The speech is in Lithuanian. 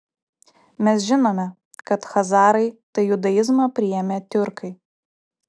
mes žinome kad chazarai tai judaizmą priėmę tiurkai